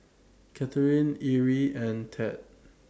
Katheryn Erie and Ted